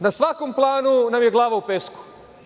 Na svakom planu nam je glava u pesku.